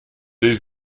les